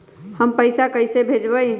हम पैसा कईसे भेजबई?